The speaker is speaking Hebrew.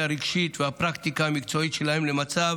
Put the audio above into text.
הרגשית והפרקטיקה המקצועית שלהם למצב